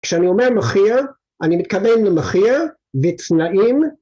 כשאני אומר מחיר, אני מתכוון למחיר בתנאים.